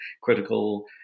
critical